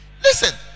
listen